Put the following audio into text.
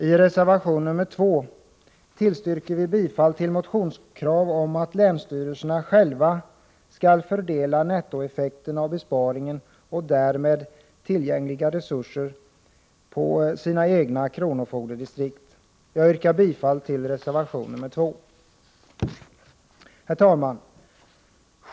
I reservation nr 2 tillstyrker vi bifall till motionskrav på att länsstyrelserna själva skall fördela nettoeffekten av besparingen och därmed tillgängliga resurser på sina egna kronofogdedistrikt. Jag yrkar bifall till reservation nr 2. Herr talman!